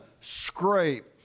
scrape